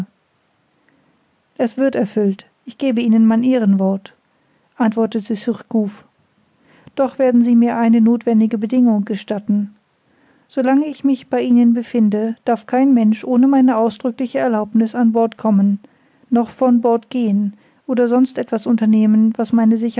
es wird erfüllt ich gebe ihnen mein ehrenwort antwortete surcouf doch werden sie mir eine nothwendige bedingung gestatten so lange ich mich bei ihnen befinde darf kein mensch ohne meine ausdrückliche erlaubniß an bord kommen noch von bord gehen oder sonst etwas unternehmen was meine